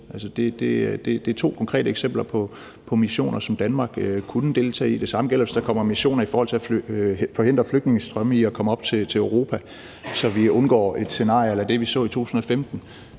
Det er to konkrete eksempler på missioner, som Danmark kunne deltage i. Det samme gælder, hvis der kommer missioner for at forhindre flygtningestrømme i at komme op til Europa, så vi undgår et scenarie a la det, vi så i 2015.